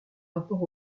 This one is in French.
rapport